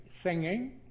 Singing